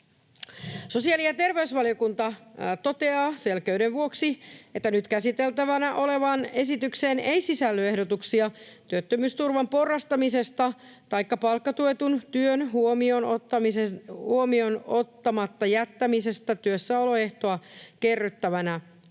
Sosiaali- ja terveysvaliokunta toteaa selkeyden vuoksi, että nyt käsiteltävänä olevaan esitykseen ei sisälly ehdotuksia työttömyysturvan porrastamisesta taikka palkkatuetun työn huomioon ottamatta jättämisestä työssäoloehtoa kerryttävänä